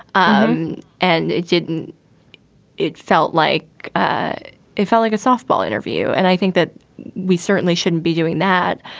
um and it didn't it felt like ah it felt like a softball interview. and i think that we certainly shouldn't be doing that.